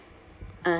uh